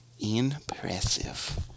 Impressive